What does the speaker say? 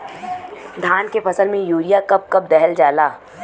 धान के फसल में यूरिया कब कब दहल जाला?